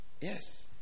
Yes